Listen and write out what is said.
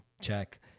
check